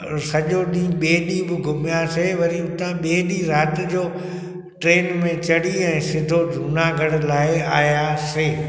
सॼो ॾींहं ॿिए ॾींहं बि घुमयासीं वरी हुतां ॿिए ॾींहं राति जो ट्रेन में चढ़ी ऐं सिधो जूनागढ़ लाइ आयासीं